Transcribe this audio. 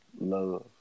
Love